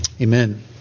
Amen